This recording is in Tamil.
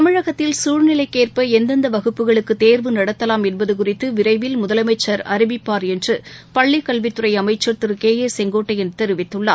தமிழகத்தில் சூழ்நிலைக்கேற்ப எந்தெந்த வகுப்புகளுக்கு தேர்வு நடத்தலாம் என்பது குறித்து விரைவில் முதலமைச்சர் அறிவிப்பார் என்று பள்ளிக்கல்வித்துறை அமைச்சர் திரு கே ஏ செங்கோட்டையன் தெரிவித்துள்ளார்